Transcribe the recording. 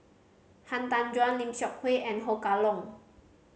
Han Tan Juan Lim Seok Hui and Ho Kah Leong